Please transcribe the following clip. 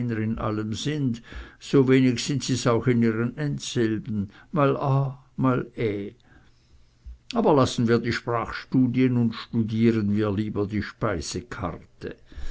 in allem sind so wenig sind sie's auch in ihren endsilben mal a mal e aber lassen wir die sprachstudien und studieren wir lieber die speisekarte